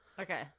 okay